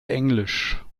englisch